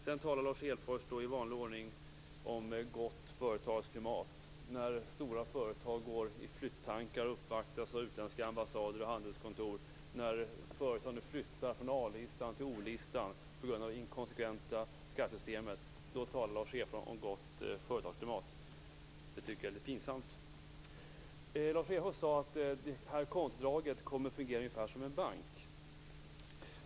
Sedan talar Lars Hedfors om gott företagsklimat, när stora företag går i flyttankar och uppvaktas av utländska ambassader och handelskontor. När företag flyttar från A-listan till O-listan på grund av det inkonsekventa skattesystemet talar Lars Hedfors om gott företagsklimat. Det är litet pinsamt. Lars Hedfors säger att detta konto kommer att fungera ungefär som ett bankkonto.